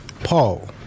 Paul